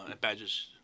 Badges